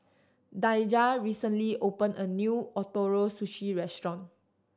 Daija recently opened a new Ootoro Sushi Restaurant